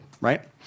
right